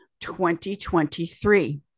2023